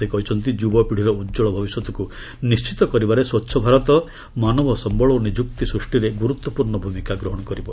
ସେ କହିଛନ୍ତି ଯୁବପିତୀର ଉଜଳ ଭବିଷ୍ୟତକୁ ନିର୍ଣ୍ଣିତ କରିବାରେ ସ୍ୱଚ୍ଚ ଭାରତ ମାନବ ସମ୍ଭଳ ଓ ନିଯୁକ୍ତି ସୃଷ୍ଟିରେ ଗୁରୁତ୍ୱପୂର୍ଣ୍ଣ ଭୂମିକା ଗ୍ରହଣ କରିବ